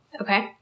Okay